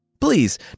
Please